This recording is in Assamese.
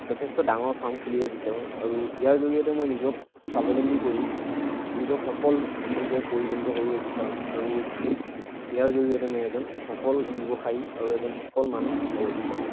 যথেষ্ট ডাঙৰ ফাৰ্ম খুলিব বিচাৰোঁ আৰু ইয়াৰ জৰিয়তে মই নিজক স্বাৱলম্বী কৰি নিজক সফলৰূপে পৰিগণিত কৰিব বিচাৰোঁ আৰু ইয়াৰ জৰিয়তে মই এজন সফল ব্যৱসায় আৰু এজন সফল মানুহ হ'ব বিচাৰোঁ